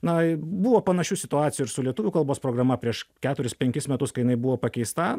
na buvo panašių situacijų ir su lietuvių kalbos programa prieš keturis penkis metus kai jinai buvo pakeista